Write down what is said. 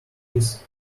his